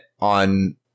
on